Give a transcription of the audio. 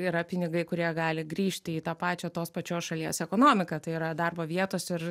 yra pinigai kurie gali grįžti į tą pačią tos pačios šalies ekonomiką tai yra darbo vietos ir